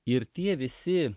ir tie visi